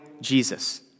Jesus